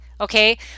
okay